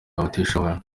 abatishoboye